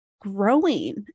growing